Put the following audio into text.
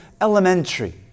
elementary